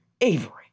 Avery